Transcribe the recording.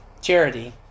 Charity